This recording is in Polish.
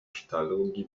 sztalugi